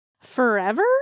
forever